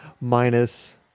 Minus